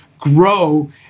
grow